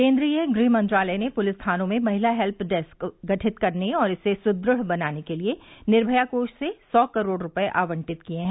केन्द्रीय गृह मंत्रालय ने पुलिस थानों में महिला हेल्य डेस्क गठित करने और इसे सुदढ़ बनाने के लिए निर्मया कोष से सौ करोड़ रूपये आवंटित किए हैं